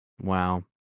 Wow